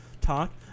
talk